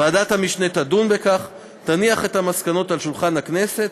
ועדת המשנה תדון בכך ותניח את המסקנות על שולחן הכנסת,